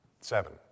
Seven